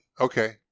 Okay